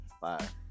Five